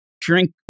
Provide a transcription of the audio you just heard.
drink